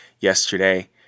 Yesterday